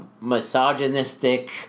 misogynistic